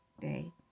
day